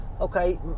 okay